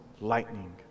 lightning